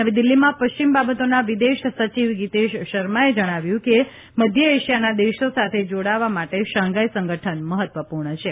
નવી દીલ્હીમાં પશ્ચિમ બાબતોના વિદેશ સચિવ ગીતેશ શર્માએ જણાવ્યું કે મધ્ય એશિયાના દેશો સાથે જોડાવા માટે શાંઘાઇ સંગઠન મહત્વપૂર્ણ છે